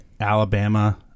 Alabama